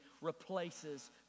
replaces